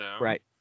Right